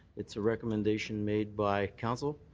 it's a recommendation made by council.